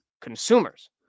Consumers